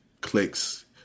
clicks